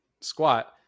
squat